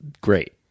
great